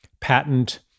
patent